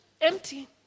empty